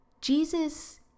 Jesus